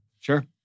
sure